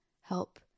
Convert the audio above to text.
help